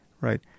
right